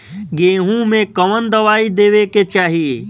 गेहूँ मे कवन दवाई देवे के चाही?